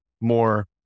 more